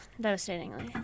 devastatingly